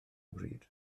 bryd